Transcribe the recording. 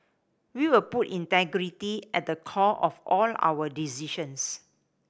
we will put integrity at the core of all our decisions